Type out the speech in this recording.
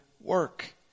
work